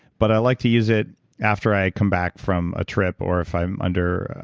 but i like to use it after i come back from a trip, or if i'm under,